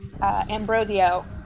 Ambrosio